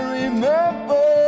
remember